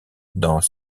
dans